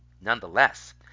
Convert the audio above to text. Nonetheless